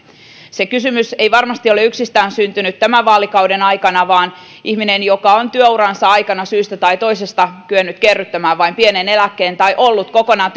se kysymys ei varmasti ole syntynyt yksistään tämän vaalikauden aikana että ihminen joka on työuransa aikana syystä tai toisesta kyennyt kerryttämään vain pienen eläkkeen tai ollut kokonaan